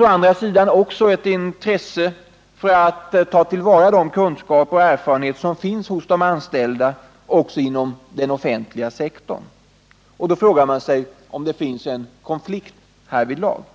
Å andra sidan finns det också ett intresse för att ta till vara de kunskaper och erfarenheter som finns också hos de anställda inom den offentliga sektorn. Man frågar sig om det finns en konflikt härvidlag.